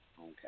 Okay